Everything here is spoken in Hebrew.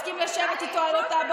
אז הוא לא הסכים לשבת איתו על הבמה.